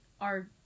are-